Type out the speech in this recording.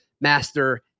master